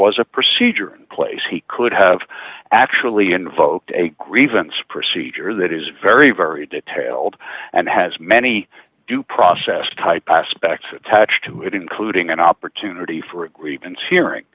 was a procedure in place he could have actually invoked a grievance procedure that is very very detailed and has many due process type aspects attached to it including an opportunity for a grievance hearing